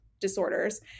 disorders